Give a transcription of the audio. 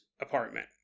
apartment